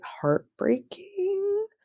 heartbreaking